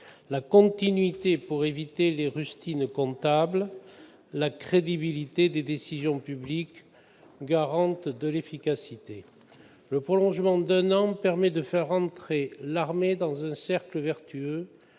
la continuité, pour éviter les rustines comptables, et la crédibilité des décisions publiques, garante de l'efficacité. Le prolongement d'un an permet de faire entrer l'armée dans un cercle vertueux